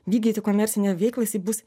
vykdyti komercinę veiklą jisai bus